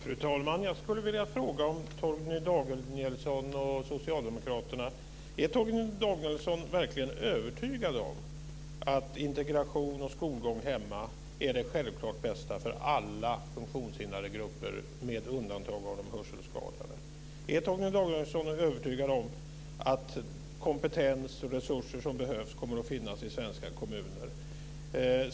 Fru talman! Jag skulle vilja ställa en fråga till Torgny Danielsson verkligen övertygad om att integration och skolgång hemma är det självklart bästa för alla funktionshindrade grupper med undantag av de hörselskadade? Är Torgny Danielsson övertygad om att den kompetens och de resurser som behövs kommer att finnas i svenska kommuner?